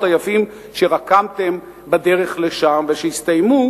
היפים שרקמתם בדרך לשם ושהסתיימו,